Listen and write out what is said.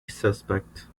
suspect